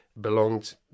belonged